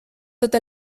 tot